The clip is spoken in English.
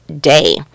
day